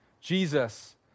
Jesus